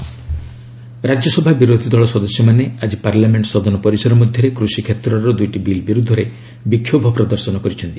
opposition protest Rajya Sabha ବିରୋଧୀ ଦଳ ସଦସ୍ୟମାନେ ଆଜି ପାର୍ଲାମେଣ୍ଟ ସଦନ ପରିସର ମଧ୍ୟରେ କୃଷି କ୍ଷେତ୍ରର ଦୁଇଟି ବିଲ୍ ବିରୁଦ୍ଧରେ ବିକ୍ଷୋଭ ପ୍ରଦର୍ଶନ କରିଛନ୍ତି